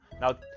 Now